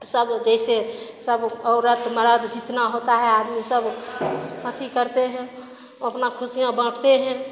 सब जैसे सब औरत मर्द जितना होता है आदमी सब अथि करते हैं अपना खुशियाँ बाँटते हैं